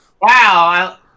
Wow